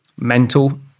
mental